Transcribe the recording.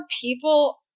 people